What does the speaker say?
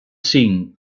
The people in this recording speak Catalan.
cinc